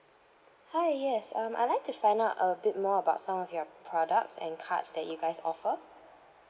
hi yes um I like to find out a bit more about some of your products and cards that you guys offer